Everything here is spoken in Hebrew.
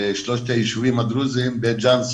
ואת שלושת הישובים הדרוזים בית ג'אן,